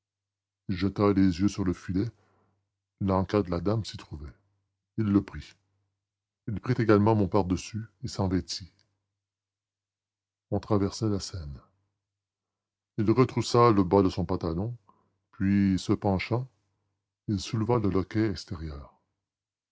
il jeta les yeux sur le filet len cas de la dame s'y trouvait il le prit il prit également mon pardessus et s'en vêtit on traversait la seine il retroussa le bas de son pantalon puis se penchant il souleva le loquet extérieur